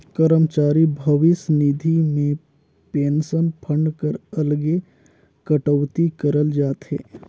करमचारी भविस निधि में पेंसन फंड कर अलगे कटउती करल जाथे